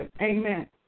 amen